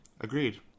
Agreed